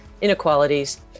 inequalities